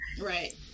Right